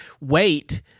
wait